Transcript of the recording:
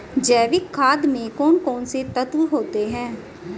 जैविक खाद में कौन कौन से तत्व होते हैं?